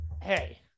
Hey